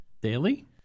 Daily